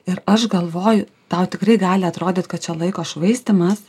ir aš galvoju tau tikrai gali atrodyt kad čia laiko švaistymas